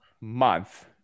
month